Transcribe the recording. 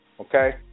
okay